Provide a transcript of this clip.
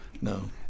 No